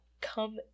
come